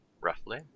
roughly